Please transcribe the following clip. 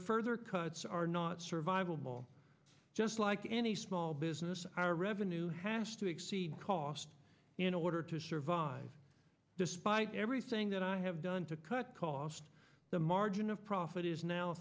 further cuts are not survivable just like any small business our revenue has to exceed cost in order to survive despite everything that i have done to cut cost the margin of profit is now